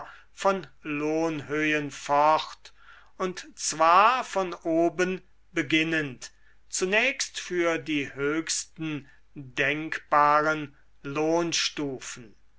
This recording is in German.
von lohnhöhen fort und zwar von oben beginnend zunächst für die höchsten denkbaren